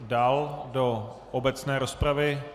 Dál do obecné rozpravy.